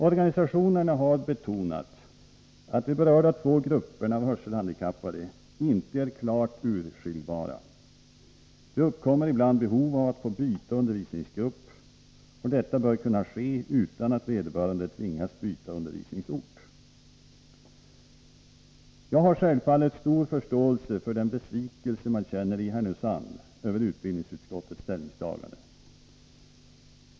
Organisationerna har betonat att de två berörda grupperna hörselhandikappade inte är klart åtskiljbara. Det uppkommer ibland behov av att få byta utbildningsgrupp, och detta bör kunna ske utan att vederbörande tvingas byta utbildningsort. Jag har självfallet stor förståelse för den besvikelse som man känner i Härnösand över utbildningsutskottets ställningstagande.